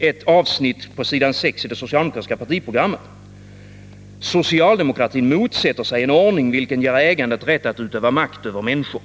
ett avsnitt på s. 6 i det socialdemokratiska partiprogrammet: ”Socialdemokratin motsätter sig en ordning vilken ger ägandet rätt att utöva makt över människor.